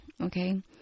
Okay